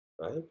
right